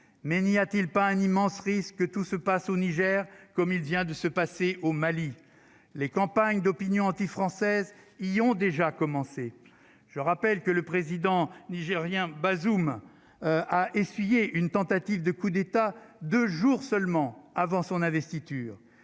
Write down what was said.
il n'y a-t-il pas un immense risque, tout se passe au Niger comme il vient de se passer au Mali, les campagnes d'opinion anti-françaises il y a déjà commencé, je rappelle que le président nigérien Bazoum a essuyé une tentative de coup d'État, 2 jours seulement avant son investiture